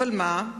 אבל מה?